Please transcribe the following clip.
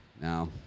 now